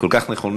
הם כל כך נכונים,